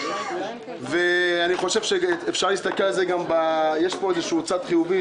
יש פה צד חיובי,